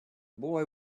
boy